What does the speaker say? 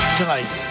Tonight